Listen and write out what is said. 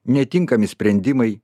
netinkami sprendimai